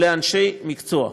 לאנשי המקצוע.